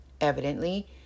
Evidently